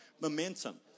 momentum